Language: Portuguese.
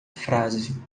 frase